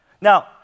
Now